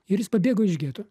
ir jis pabėgo iš geto